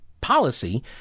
policy